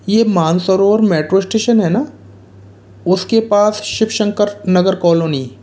ये Mansarovar metro station है न उसके पास शिवशंकर नगर कॉलोनी